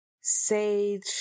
sage